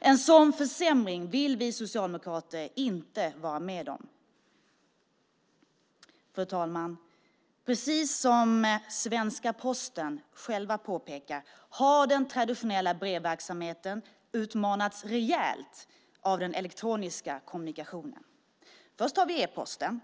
En sådan försämring vill vi socialdemokrater inte vara med om. Fru talman! Precis som man på svenska Posten själv påpekar har den traditionella brevverksamheten utmanats rejält av den elektroniska kommunikationen. Först har vi e-posten.